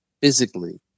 physically